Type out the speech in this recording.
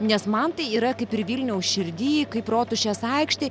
nes man tai yra kaip ir vilniaus širdy kaip rotušės aikštėj